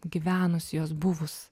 gyvenus juos buvus